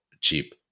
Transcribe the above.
cheap